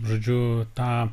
žodžiu tą